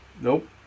Nope